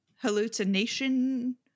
Hallucination